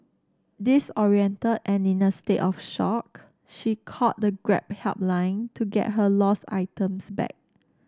disoriented and in a state of shock she called the Grab helpline to get her lost items back